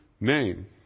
name